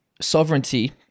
sovereignty